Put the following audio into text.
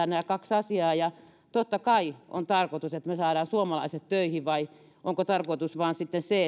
nämä kaksi asiaa totta kai on tarkoitus että me saamme suomalaiset töihin vai onko kokoomuksella tarkoituksena vain sitten se